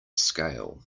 scale